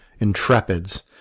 Intrepids